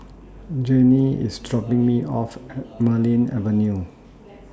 Janie IS dropping Me off At Marlene Avenue